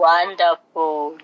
Wonderful